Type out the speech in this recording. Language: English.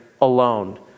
alone